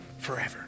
forever